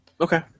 Okay